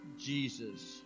Jesus